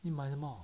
你买什么